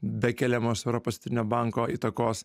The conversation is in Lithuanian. be keliamos europos centrinio banko įtakos